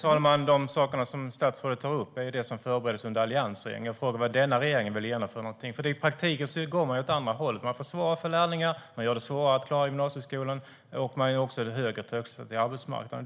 Fru talman! Sakerna som statsrådet tar upp är sådant som förbereddes under alliansregeringen. Jag frågade vad den här regeringen vill genomföra. I praktiken går man ju åt andra hållet. Man försvårar för lärlingar, man gör det svårare att klara gymnasieskolan och man skapar också högre trösklar till arbetsmarknaden.